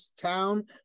town